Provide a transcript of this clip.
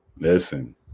Listen